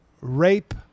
rape